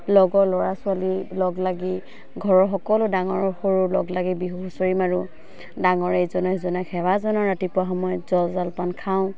লগৰ ল'ৰা ছোৱালী লগ লাগি ঘৰৰ সকলো ডাঙৰ সৰু লগ লাগি বিহু হুঁচৰি মাৰোঁ ডাঙৰ ইজনে সিজনক সেৱা জনাও ৰাতিপুৱা সময়ত জল জলপান খাওঁ